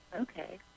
Okay